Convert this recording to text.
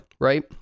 right